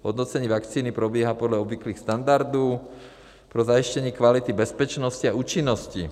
Hodnocení vakcíny probíhá podle obvyklých standardů pro zajištění kvality bezpečnosti a účinnosti.